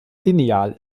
lineal